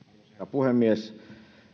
puhemies